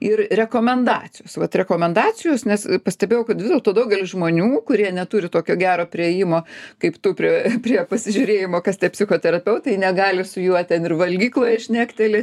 ir rekomendacijos vat rekomendacijos nes pastebėjau kad vis dėlto daugelis žmonių kurie neturi tokio gero priėjimo kaip tu prie prie pasižiūrėjimo kas tie psichoterapeutai jie negali su juo ten ir valgykloje šnekteli